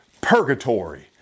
purgatory